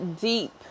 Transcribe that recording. deep